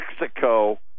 Mexico